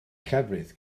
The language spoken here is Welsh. llefrith